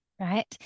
Right